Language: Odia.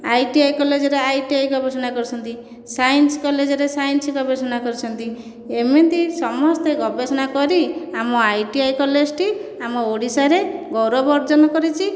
ଆଇଟିଆଇ କଲେଜରେ ଆଇଟିଆଇ ଗବେଷଣା କରିଛନ୍ତି ସାଇନ୍ସ କଲେଜରେ ସାଇନ୍ସ ଗବେଷଣା କରିଛନ୍ତି ଏମିତି ସମସ୍ତେ ଗବେଷଣା କରି ଆମ ଆଇଟିଆଇ କଲେଜଟି ଆମ ଓଡ଼ିଶାରେ ଗୌରବ ଅର୍ଜନ କରିଛି